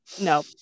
no